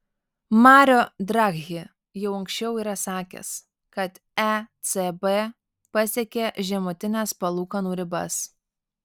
mario draghi jau anksčiau yra sakęs kad ecb pasiekė žemutines palūkanų ribas